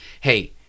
hey